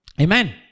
Amen